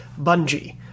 Bungie